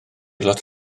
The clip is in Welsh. lot